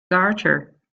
garter